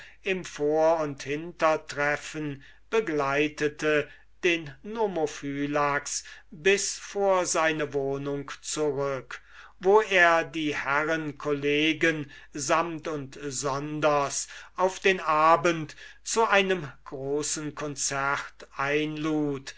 im vor und hintertreffen begleitete den nomophylax bis vor seine wohnung zurück wo er die herren collegen samt und sonders auf den abend zu einem großen concert einlud